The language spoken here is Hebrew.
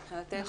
מבחינתנו,